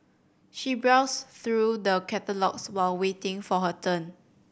she browsed through the catalogues while waiting for her turn